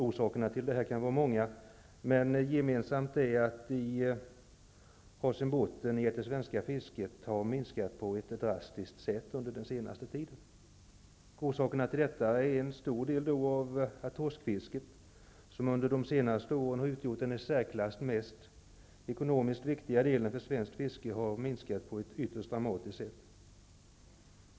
Orsakerna till det kan vara många, men gemensamt är att de har sin grund i att det svenska fisket under den senaste tiden har minskat på ett drastiskt sätt. Orsakerna till detta är till stor del att torskfisket, som under de senaste åren har utgjort den ekonomiskt i särklass viktigaste delen för svenskt fiske, har minskat på ett ytterst dramatiskt sätt.